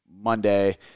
Monday